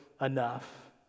enough